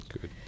Good